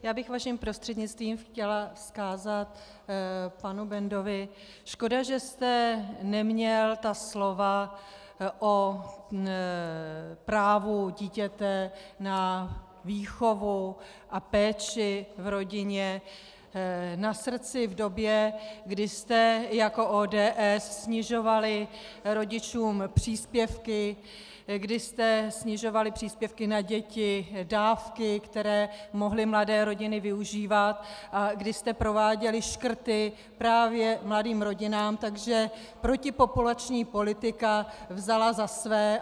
Já bych vaším prostřednictvím chtěla vzkázat panu Bendovi: Škoda, že jste neměl ta slova o právu dítěte na výchovu a péči v rodině na srdci v době, kdy jste jako ODS snižovali rodičům příspěvky, kdy jste snižovali příspěvky na děti, dávky, které mohly mladé rodiny využívat, a kdy jste prováděli škrty právě mladým rodinám, takže protipopulační politika vzala za své.